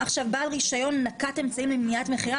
"בעל רישיון נקט אמצעים למניעת מכירת